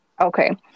Okay